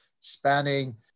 spanning